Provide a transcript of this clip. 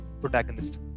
protagonist